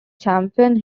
champion